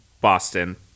boston